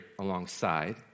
alongside